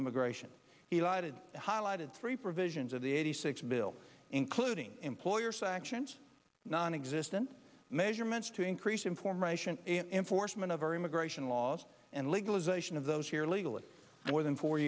immigration he lighted highlighted three provisions of the eighty six bill including employer sanctions nonexistent measurements to increase information and enforcement of our immigration laws and legalization of those here illegally more than four